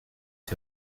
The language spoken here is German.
die